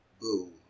Boom